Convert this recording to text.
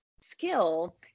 skill